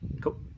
Cool